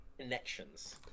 connections